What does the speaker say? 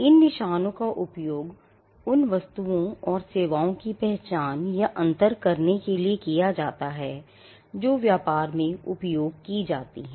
इन निशानों का उपयोग उन वस्तुओं और सेवाओं की पहचान या अंतर करने के लिए किया जाता है जो व्यापार में उपयोग की जाती हैं